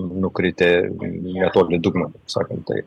nukritę netoli dugno sakom taip